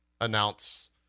announce